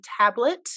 tablet